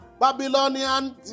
Babylonian